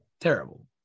terrible